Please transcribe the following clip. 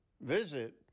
visit